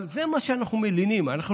אבל זה מה שאנחנו מלינים עליו.